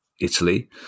Italy